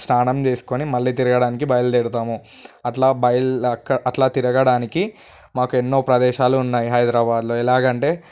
స్నానం చేసుకొని మళ్ళి తిరగడానికి బయలుదేరుతాము అట్లా బయ అట్లా తిరగడానికి మాకు ఎన్నో ప్రదేశాలు ఉన్నాయి హైదరాబాద్లో ఎలాగంటే